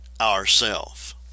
ourself